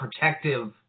protective